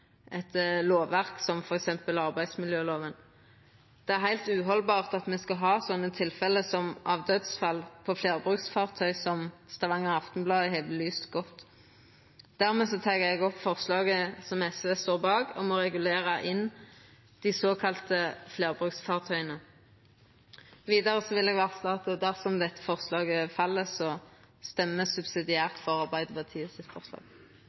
eit lovverk som f.eks. arbeidsmiljøloven. Det er heilt uhaldbart at me skal ha sånne tilfelle av dødsfall på fleirbruksfartøy som Stavanger Aftenblad har belyst godt. Eg anbefaler forslaget som SV er med på, om å regulera inn dei såkalla fleirbruksfartøya. Vidare vil eg varsla at dersom dette forslaget fell, stemmer